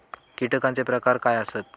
कीटकांचे प्रकार काय आसत?